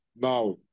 Now